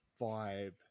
vibe